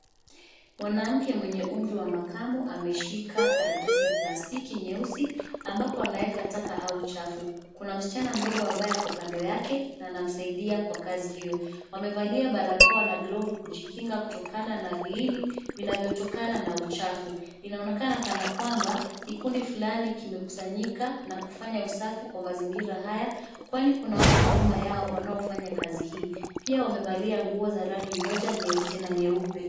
Mwanamke mwenye umri wa makamo ameshika karatasi ya plastiki nyeusi, ambapo anaweka taka au uchafu. Kuna msichana mdogo ambaye ako kando yake na anamsaidia kwa kazi hiyo. Wamevalia barakoa na glovu kujikinga kutokana na viini vinavyotokana na uchafu. Inaonekana kana kwamba, kikundi fulani kimekusanyika na kufanya usafi kwa mazingira haya, kwani kuna watu nyuma yao wanaofanya kazi hii. Pia wamevalia nguo za rangi moja nyeusi na nyeupe.